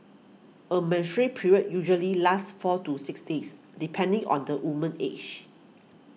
a menstrual period usually lasts four to six days depending on the woman's age